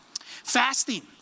Fasting